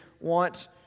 want